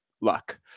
luck